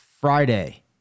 Friday